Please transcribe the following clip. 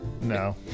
No